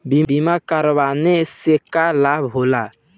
बीमा कराने से का लाभ होखेला?